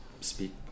Speak